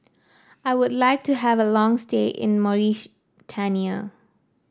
I would like to have a long stay in Mauritania